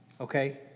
okay